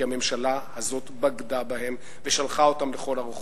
כי הממשלה הזו בגדה בהם ושלחה אותם לכל הרוחות.